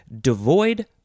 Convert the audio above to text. devoid